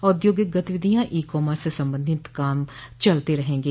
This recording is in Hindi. औद्योगिक गतिविधिया ईकामर्स से संबंधित काम चलते रहेंगे